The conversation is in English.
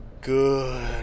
good